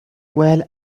well